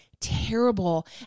terrible